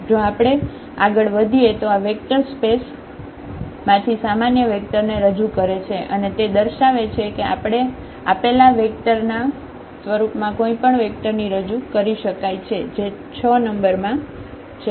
જો આપણે આગળ વધીએ તો આ વેક્ટર સ્પેસ માંથી સામાન્ય વેક્ટર ને રજુ કરે છે અને તે દર્શાવે છે કે આપેલા વેંકટરના સ્વરૂપમાં કોઈપણ વેક્ટર ની રજુ કરી શકાય છે જે 6 નંબર માં છે